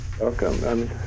Welcome